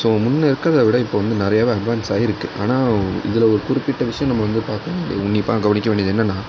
so முன்னே இருக்கிறதை விட இப்போது வந்து நிறையவே அட்வான்ஸ் ஆகியிருக்கு ஆனால் இதில் ஒரு குறிப்பிட்ட விஷயம் நம்ம வந்து பார்க்கணும் உன்னிப்பாக கவனிக்க வேண்டியது என்னென்னா